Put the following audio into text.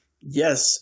yes